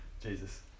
Jesus